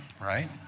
right